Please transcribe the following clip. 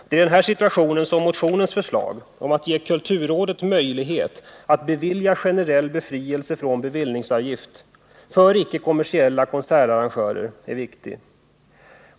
Det är i den här situationen som motionens förslag om att ge kulturrådet möjlighet att bevilja generell befrielse från bevillningsavgift för icke kommersiella konsertarrangörer är viktigt.